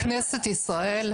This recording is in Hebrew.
כנסת ישראל.